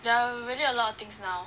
there are really a lot things now